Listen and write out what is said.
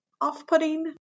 off-putting